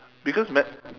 because ma~